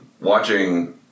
watching